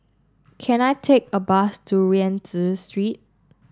can I take a bus to Rienzi Street